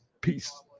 peace